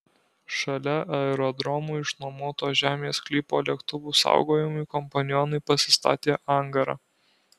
šalia aerodromui išnuomoto žemės sklypo lėktuvų saugojimui kompanionai pasistatė angarą